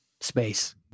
space